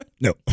no